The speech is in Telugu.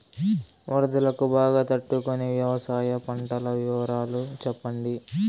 వరదలకు బాగా తట్టు కొనే వ్యవసాయ పంటల వివరాలు చెప్పండి?